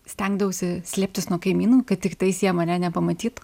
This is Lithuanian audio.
stengdavausi slėptis nuo kaimynų kad tiktais jie mane nepamatytų